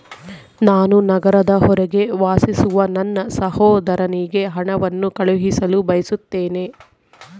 ನಾನು ನಗರದ ಹೊರಗೆ ವಾಸಿಸುವ ನನ್ನ ಸಹೋದರನಿಗೆ ಹಣವನ್ನು ಕಳುಹಿಸಲು ಬಯಸುತ್ತೇನೆ